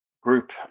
group